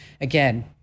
again